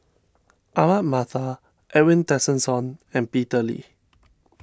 Ahmad Mattar Edwin Tessensohn and Peter Lee